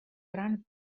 gran